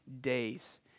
days